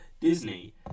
Disney